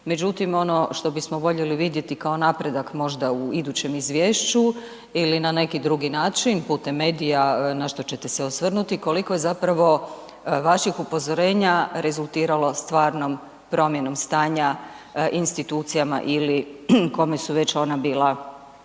Međutim ono što bismo voljeli vidjeti kao napredak možda u idućem izvješću ili na neki drugi način putem medija na što ćete se osvrnuti koliko je zapravo vaših upozorenja rezultiralo stvarnom promjenom stanja institucijama ili kome su već ona bila upućena.